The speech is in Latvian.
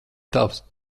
tavs